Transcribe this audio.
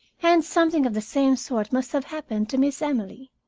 and something of the same sort must have happened to miss emily.